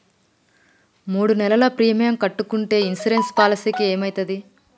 మూడు నెలలు ప్రీమియం కట్టకుంటే ఇన్సూరెన్స్ పాలసీకి ఏమైతది?